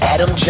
Adam